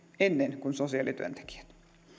ennen kuin sosiaalityöntekijät